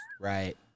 Right